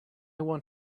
want